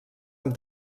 amb